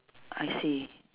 I see